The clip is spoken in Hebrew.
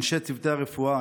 אנשי צוותי הרפואה,